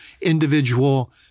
individual